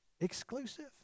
Exclusive